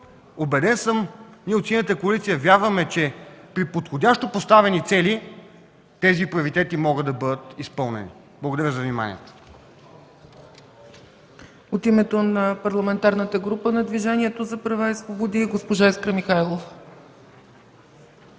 Убеден съм, ние от Синята коалиция вярваме, че при подходящо поставени цели тези приоритети могат да бъдат изпълнени. Благодаря за вниманието.